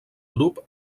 grup